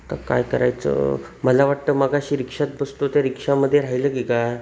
आता काय करायचं मला वाटतं मघाशी रिक्षात बसलो त्या रिक्षामध्ये राहिलं की का